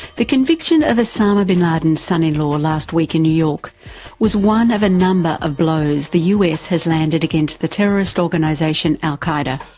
the conviction of osama bin laden's son-in-law last week in new york was just one of a number of blows the us has landed against the terrorist organisation al qaeda.